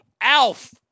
Alf